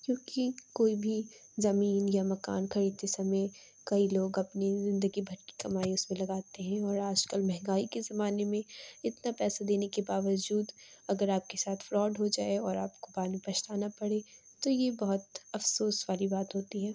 کیوں کہ کوئی بھی زمین یا مکان خریدتے سمعے کئی لوگ اپنی زندگی بھر کی کمائی اُس میں لگاتے ہیں اور آج کل مہنگائی کے زمانے میں اتنا پیسہ دینے کے باوجود اگر آپ کے ساتھ فراڈ ہو جائے اور آپ کو بعد میں پچھتانا پڑے تو یہ بہت افسوس والی بات ہوتی ہے